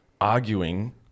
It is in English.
arguing